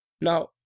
now